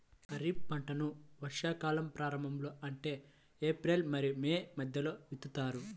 ఖరీఫ్ పంటలను వర్షాకాలం ప్రారంభంలో అంటే ఏప్రిల్ మరియు మే మధ్యలో విత్తుతారు